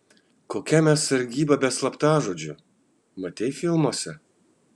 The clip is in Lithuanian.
kokia mes sargyba be slaptažodžių matei filmuose